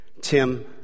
Tim